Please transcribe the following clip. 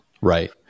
Right